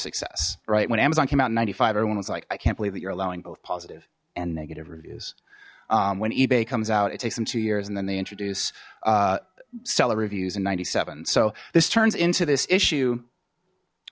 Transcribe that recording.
success right when amazon came out in ninety five everyone was like i can't believe that you're allowing both positive and negative reviews when ebay comes out it takes them two years and then they introduce seller reviews in ninety seven so this turns into this issue